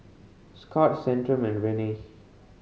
Scott Centrum and Rene